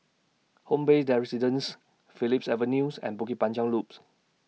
Home Bay Dan Residences Phillips Avenues and Bukit Panjang Loops